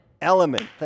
Element